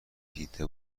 دیده